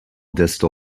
distal